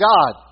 God